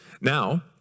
Now